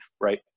right